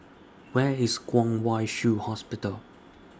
Where IS Kwong Wai Shiu Hospital